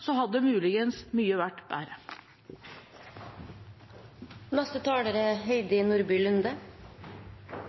hadde muligens mye vært